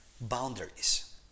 boundaries